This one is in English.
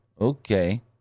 okay